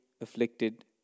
afflicted